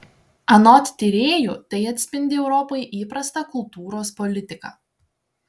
anot tyrėjų tai atspindi europai įprastą kultūros politiką